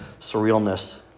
surrealness